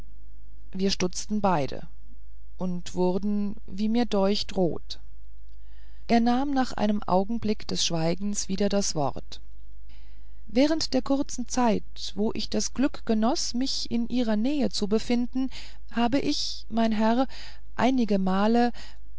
wir stutzten beide und wurden wie mir deucht rot er nahm nach einem augenblick des schweigens wieder das wort während der kurzen zeit wo ich das glück genoß mich in ihrer nähe zu befinden hab ich mein herr einige mal